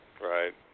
right